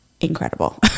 incredible